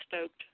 stoked